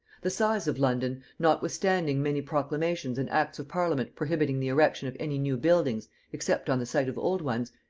the size of london, notwithstanding many proclamations and acts of parliament prohibiting the erection of any new buildings except on the site of old ones,